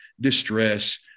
distress